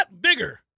bigger